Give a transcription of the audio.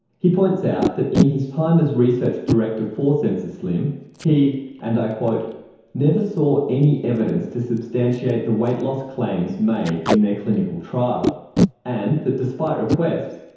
he points out that in his time as research director for sensaslim he and never saw any evidence to substantiate the weight loss claims made in their clinical trial and, that despite requests,